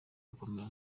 gukomera